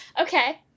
Okay